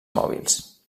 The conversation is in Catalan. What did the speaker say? mòbils